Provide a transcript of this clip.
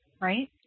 right